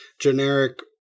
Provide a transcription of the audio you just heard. generic